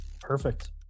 Perfect